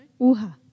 Uha